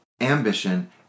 ambition